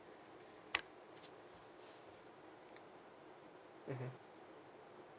mmhmm